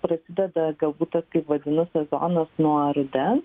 prasideda galbūt tas kaip vadinu sezonas nuo rudens